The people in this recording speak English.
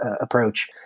approach